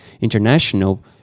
international